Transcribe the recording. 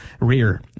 rear